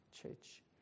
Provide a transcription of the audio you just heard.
church